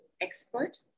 expert